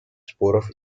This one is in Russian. споров